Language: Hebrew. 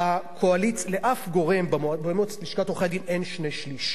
לאף גורם בלשכת עורכי-הדין אין שני-שלישים.